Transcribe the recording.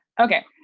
Okay